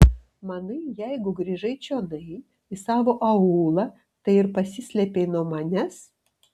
manai jeigu grįžai čionai į savo aūlą tai ir pasislėpei nuo manęs